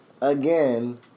again